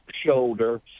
shoulder